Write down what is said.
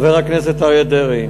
חבר הכנסת אריה דרעי,